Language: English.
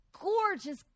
gorgeous